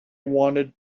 wanted